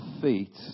feet